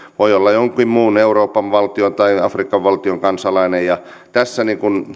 voi olla jonkin muun euroopan valtion tai afrikan valtion kansalainen tässä